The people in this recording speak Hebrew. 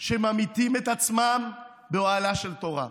שממיתים את עצמם באוהלה של תורה,